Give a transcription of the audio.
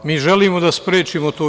Mi želimo da sprečimo to.